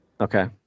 Okay